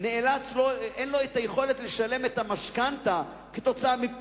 אין לו היכולת לשלם את המשכנתה כתוצאה מכך